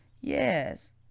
yes